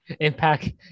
Impact